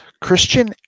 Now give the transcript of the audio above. Christian